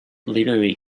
literary